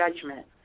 judgment